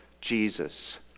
Jesus